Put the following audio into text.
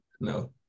No